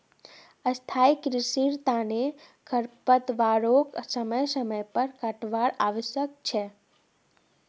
स्थाई कृषिर तना खरपतवारक समय समय पर काटवार आवश्यक छोक